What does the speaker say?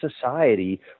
society